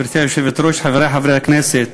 גברתי היושבת-ראש, חברי חברי הכנסת,